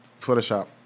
Photoshop